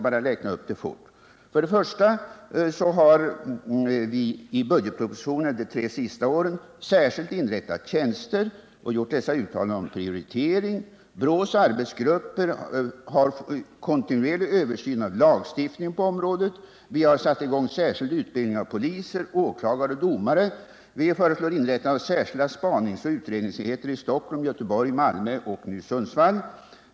Vi har i budgetpropositionen de tre senaste åren inrättat särskilda tjänster och gjort det berörda uttalandet om prioritering. BRÅ:s arbetsgrupper bedriver en kontinuerlig översyn av lagstiftningen på området. Vi har startat särskild utbildning av poliser, åklagare och domare. Vi har föreslagit inrättande av särskilda spaningsoch utredningsenheter i Stockholm, Göteborg, Malmö och senast i Sundsvall.